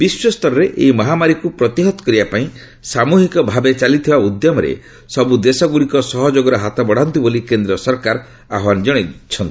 ବିଶ୍ୱସ୍ତରରେ ଏହି ମହାମାରୀକୁ ପ୍ରତିହତ କରିବା ଲାଗି ସାମୂହିକ ଭାବେ ଚାଲିଥିବା ଉଦ୍ୟମରେ ସବୁ ଦେଶଗୁଡ଼ିକ ସହଯୋଗର ହାତ ବଢ଼ାନ୍ତୁ ବୋଲି କେନ୍ଦ୍ର ସରକାର ଆହ୍ୱାନ ଜଣାଇଛନ୍ତି